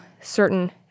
certain